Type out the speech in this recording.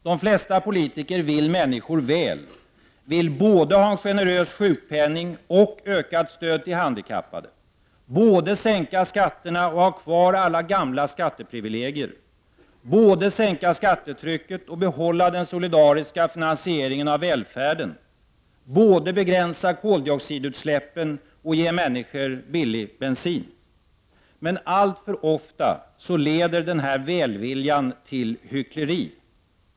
De flesta politiker vill människor väl, vill både ha en generös sjukpenning och ökat stöd åt handikappade, både sänka skatterna och ha kvar alla gamla skatteprivilegier, både sänka skattetrycket och behålla den solidariska finansieringen av välfärden, både begränsa koldioxidutsläppen och ge människor billig bensin. Men alltför ofta leder denna välvilja till hyckleri.